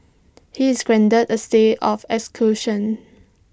he is granted A stay of execution